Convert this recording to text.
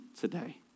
today